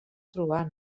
trobar